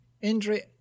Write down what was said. injury